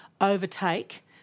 overtake